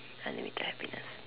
unlimited happiness